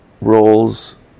roles